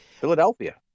Philadelphia